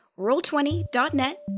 Roll20.net